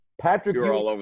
Patrick